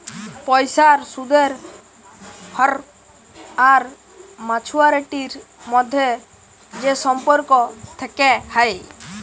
পয়সার সুদের হ্য়র আর মাছুয়ারিটির মধ্যে যে সম্পর্ক থেক্যে হ্যয়